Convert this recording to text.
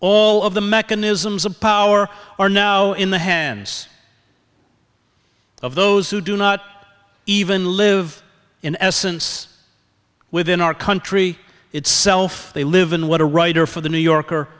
all of the mechanisms of power are now in the hands of those who do not even live in essence within our country itself they live in what a writer for the new yorker